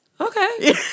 okay